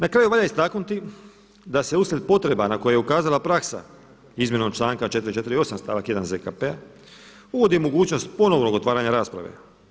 Na kraju valja istaknuti da se uslijed potreba na koje je ukazala praksa izmjenom članka 448. stavak 1. ZKP-a uvodi mogućnost ponovnog otvaranja rasprave.